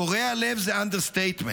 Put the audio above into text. קורע לב זה אנדרסטייטמנט.